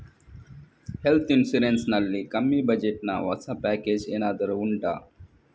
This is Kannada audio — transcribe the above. ಹೆಲ್ತ್ ಇನ್ಸೂರೆನ್ಸ್ ನಲ್ಲಿ ಕಮ್ಮಿ ಬಜೆಟ್ ನ ಹೊಸ ಪ್ಯಾಕೇಜ್ ಏನಾದರೂ ಉಂಟಾ